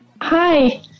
Hi